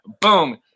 boom